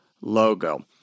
logo